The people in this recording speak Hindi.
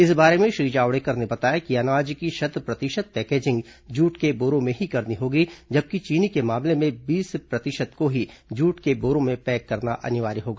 इस बारे में श्री जावड़ेकर ने बताया कि अनाज की शत प्रतिशत पैकेजिंग जूट के बोरों में करनी होगी जबकि चीनी के मामले में बीस प्रतिशत को ही जूट के बोरों में पैक करना अनिवार्य होगा